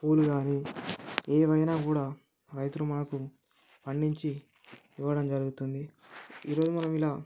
పూలు గానీ ఏవైనా కూడా రైతులు మనకు పండించి ఇవ్వడం జరుగుతుంది ఈరోజు మనం ఇలా